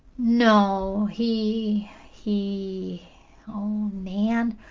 no, he he oh, nan,